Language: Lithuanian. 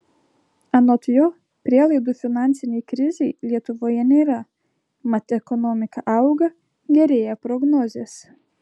anot jo prielaidų finansinei krizei lietuvoje nėra mat ekonomika auga gerėja prognozės